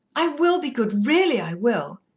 i will be good, really, i will.